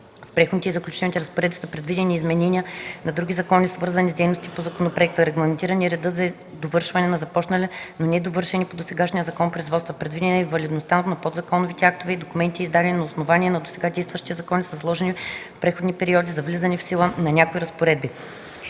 В Преходните и заключителните разпоредби са предвидени изменения на други закони, свързани с дейностите по законопроекта. Регламентиран е редът за довършване на започнали, но недовършени по досегашния закон производства. Предвидена е валидността на подзаконовите актове и документите, издадени на основание на досега действащия закон, и са заложени преходни периоди за влизане в сила на някои разпоредби.